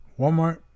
Walmart